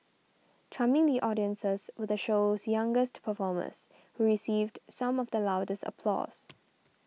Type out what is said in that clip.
charming the audiences were the show's youngest performers who received some of the loudest applause